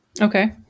Okay